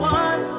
one